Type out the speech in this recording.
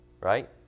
right